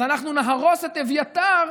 אז אנחנו נהרוס את אביתר,